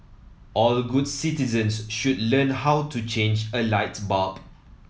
all good citizens should learn how to change a light bulb